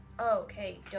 Okay